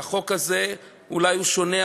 והחוק הזה אולי הוא שונה,